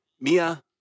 Mia